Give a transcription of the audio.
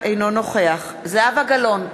אינו נוכח זהבה גלאון,